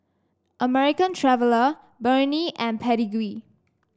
American Traveller Burnie and Pedigree